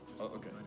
okay